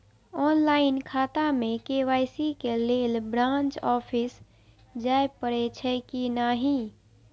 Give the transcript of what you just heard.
Online खाता में KYC के लेल ब्रांच ऑफिस जाय परेछै कि नहिं?